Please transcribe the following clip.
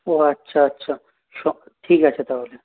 ও আচ্ছা আচ্ছা ঠিক আছে তা হলে